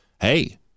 hey